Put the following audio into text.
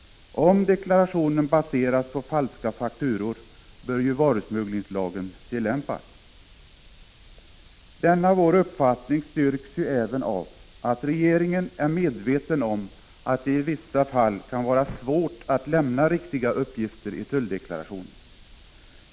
Om deklarationen baseras på falska fakturor bör ju varusmugglingslagen tillämpas. Denna vår uppfattning styrks även av att regeringen är medveten om att det i vissa fall kan vara svårt att lämna riktiga uppgifter i tulldeklarationen.